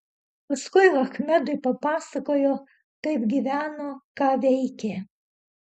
paskui achmedui papasakojo kaip gyveno ką veikė